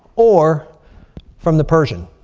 or from the persian.